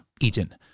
eaten